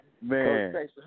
Man